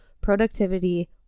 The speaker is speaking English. productivity